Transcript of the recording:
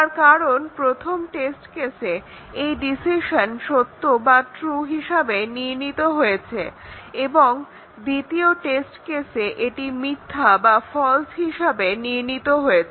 তার কারণ প্রথম টেস্ট কেসে এই ডিসিশন সত্য বা ট্রু হিসেবে নির্ণীত হয়েছে এবং দ্বিতীয় টেস্ট কেসে এটি মিথ্যা বা ফলস্ হিসাবে নির্ণীত হয়েছে